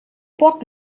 poc